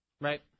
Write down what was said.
right